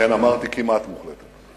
לכן אמרתי: כמעט מוחלטת.